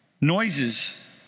noises